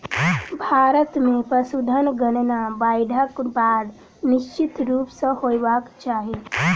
भारत मे पशुधन गणना बाइढ़क बाद निश्चित रूप सॅ होयबाक चाही